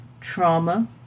trauma